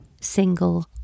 single